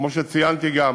כמו שציינתי, גם